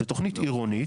זו תוכנית עירונית.